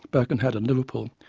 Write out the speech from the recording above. birkenhead and liverpool,